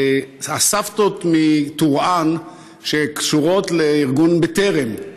הסבתות מטורעאן שקשורות לארגון בטרם,